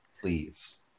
Please